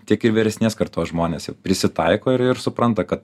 tiek ir vyresnės kartos žmonės prisitaiko ir ir supranta kad